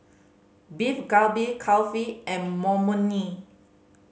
Beef Galbi Kulfi and Imoni